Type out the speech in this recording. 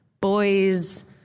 boys